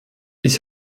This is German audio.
ich